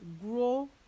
Grow